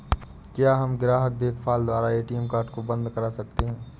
क्या हम ग्राहक देखभाल द्वारा ए.टी.एम कार्ड को बंद करा सकते हैं?